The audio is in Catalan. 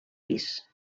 pis